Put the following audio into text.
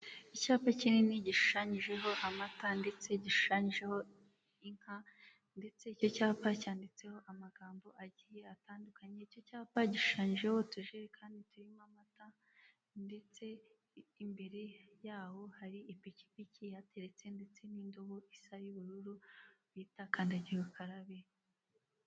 Icyapa kinini gishushanyijeho amata ndetse gishushanjeho inka ndetse icyo cyapa cyanditseho amagambo agiye atandukanyecyo. Icyapa gishushanyijeho udukarito kandi turimo amata ndetse imbere yaho hari ipikipiki ihateretse ndetse n'indobo isa ubururu bita kandagiye ukarabe.